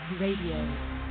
Radio